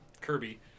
Kirby